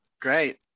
Great